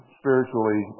spiritually